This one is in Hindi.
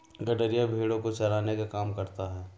गड़ेरिया भेड़ो को चराने का काम करता है